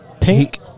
Pink